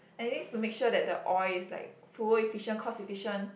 and it needs to make sure that the oil is like fuel efficient cost efficient